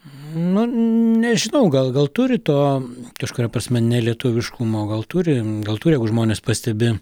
nu nežinau gal gal turi to kažkuria prasme nelietuviškumo gal turi gal turi jeigu žmonės pastebi